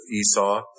Esau